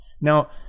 Now